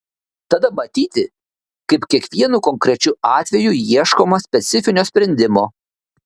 tada matyti kaip kiekvienu konkrečiu atveju ieškoma specifinio sprendimo